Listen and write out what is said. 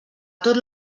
tot